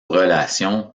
relations